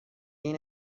این